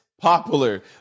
Popular